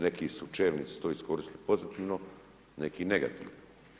Neki su čelnici to iskoristili pozitivno, neki negativno.